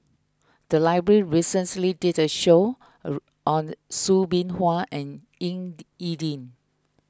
the library did a roadshow on Soo Bin Chua and Ying E Ding